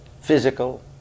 physical